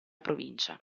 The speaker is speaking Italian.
provincia